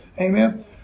Amen